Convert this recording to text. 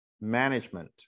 management